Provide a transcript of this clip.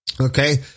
Okay